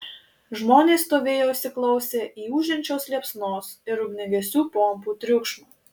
žmonės stovėjo įsiklausę į ūžiančios liepsnos ir ugniagesių pompų triukšmą